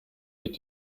wird